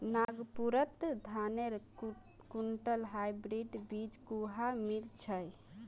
नागपुरत धानेर कुनटा हाइब्रिड बीज कुहा मिल छ